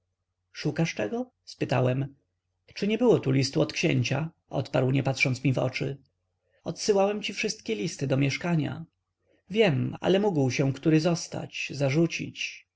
szukasz czego spytałem czy nie było tu listu od księcia odparł nie patrząc mi w oczy odsyłałem ci wszystkie listy do mieszkania wiem ale mógł się który zostać zarzucić